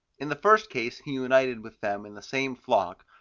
in the first case he united with them in the same flock,